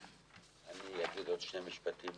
אני אגיד עוד שני משפטים.